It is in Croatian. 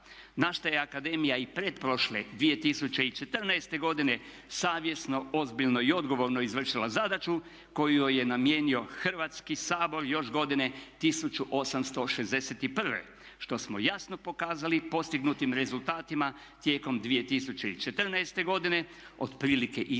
Naša je akademija i pretprošle 2014. godine savjesno, ozbiljno i odgovorno izvršila zadaću koju joj je namijenio Hrvatski sabor još godine 1861. što smo jasno pokazali postignutim rezultatima tijekom 2014. godine. Otprilike isto